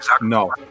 No